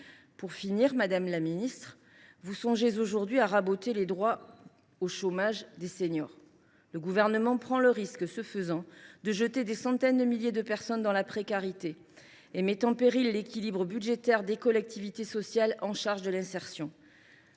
pénibilité. Madame la ministre déléguée, vous songez aujourd’hui à raboter les droits au chômage des seniors. Le Gouvernement prend le risque, ce faisant, de jeter des centaines de milliers de personnes dans la précarité, et met en péril l’équilibre budgétaire des collectivités territoriales chargées de l’insertion.